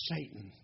Satan